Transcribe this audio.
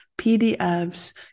PDFs